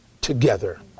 together